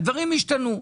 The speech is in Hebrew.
הדברים השתנו,